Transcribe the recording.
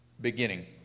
beginning